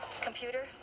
computer